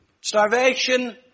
starvation